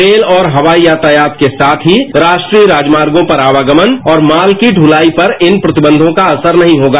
rail और हवाई यातायात के साथ ही राष्ट्रीय राजमार्गों पर आवागमन और मात की दुलाई पर इन प्रतिबंधों का असर नहीं होगा